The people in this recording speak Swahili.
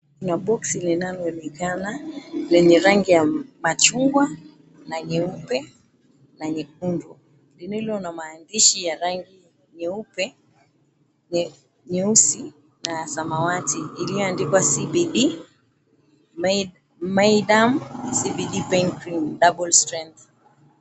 Kuna boksi linaloonekana lenye rangi ya machungwa na nyeupe na nyekundu lililo na maandishi ya rangi nyeupe, nyeusi na samawati iliyoandikwa CBD Myaderm CBD Pain Cream Double Strength.